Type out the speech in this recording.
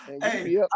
Hey